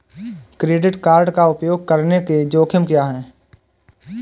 Credit card का उपयोग करने के जोखिम क्या हैं?